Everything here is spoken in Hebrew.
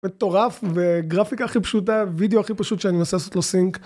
מטורף וגרפיקה הכי פשוטה ווידאו הכי פשוט שאני מנסה לעשות לו סינק